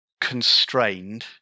constrained